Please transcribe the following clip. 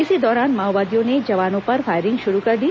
इसी दौरान माओवादियों ने जवानों पर फायरिंग शुरु कर दी